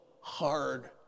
hard